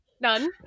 None